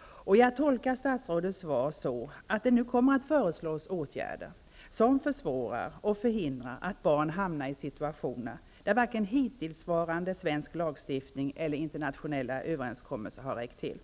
och jag tolkar statsrådets svar så att det nu kommer att föreslås åtgärder som försvårar och förhindrar att barn hamnar i situationer där varken hittillsvarande svensk lagstiftning eller internationella överenskommelser har räckt till.